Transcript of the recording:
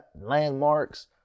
landmarks